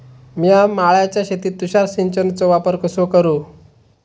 मिया माळ्याच्या शेतीत तुषार सिंचनचो वापर कसो करू?